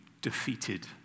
defeated